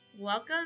Welcome